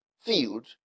field